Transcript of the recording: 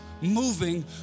moving